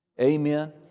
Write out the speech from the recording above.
Amen